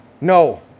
No